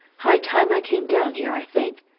high time i came down here, i think!